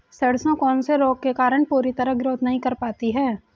सरसों कौन से रोग के कारण पूरी तरह ग्रोथ नहीं कर पाती है?